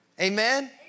Amen